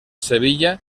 sevilla